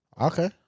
Okay